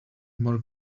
more